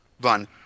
run